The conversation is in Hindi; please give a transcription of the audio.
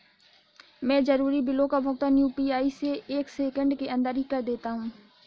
मैं जरूरी बिलों का भुगतान यू.पी.आई से एक सेकेंड के अंदर ही कर देता हूं